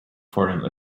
foreign